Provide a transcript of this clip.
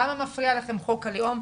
למה מפריע לכם חוק הלאום?